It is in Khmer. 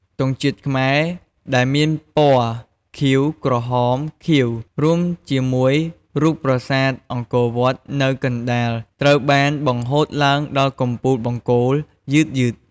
ទង់ជាតិខ្មែរ ដែលមាន ពណ៌ខៀវ ក្រហម ខៀវ រួមជាមួយ រូបប្រាសាទអង្គរវត្ត នៅកណ្ដាល ត្រូវបាន បង្ហូតឡើងដល់កំពូលបង្គោល យឺតៗ។